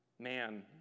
Man